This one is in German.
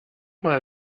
mal